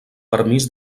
permís